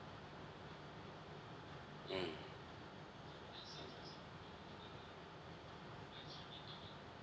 hmm